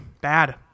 Bad